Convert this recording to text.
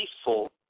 peaceful